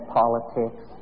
politics